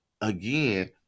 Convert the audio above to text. again